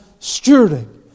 stewarding